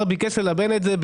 והשר ביקש ללבן את זה.